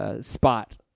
spot